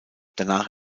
danach